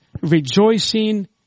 rejoicing